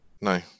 No